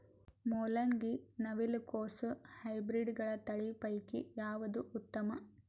ಮೊಲಂಗಿ, ನವಿಲು ಕೊಸ ಹೈಬ್ರಿಡ್ಗಳ ತಳಿ ಪೈಕಿ ಯಾವದು ಉತ್ತಮ?